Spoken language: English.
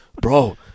bro